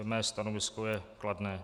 Mé stanovisko je kladné.